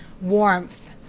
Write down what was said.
warmth